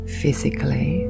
physically